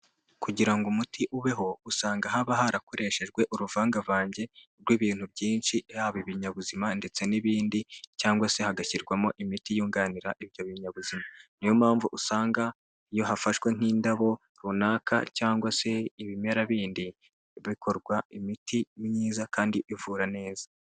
Kugira ngo umuti ubeho usanga haba harakoreshejwe uruvangavange rw'ibintu byinshi haba ibinyabuzima ndetse n'ibindi cyangwa se hagashyirwamo imiti yunganira ibyo binyabuzima, niyo mpamvu usanga iyo hafashwe nk'indabo runaka cyangwa se ibimera bindi bikorwa imiti myiza kandi ivura neza.